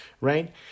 right